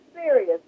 Serious